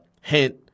Hint